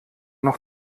noch